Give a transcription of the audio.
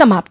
समाप्त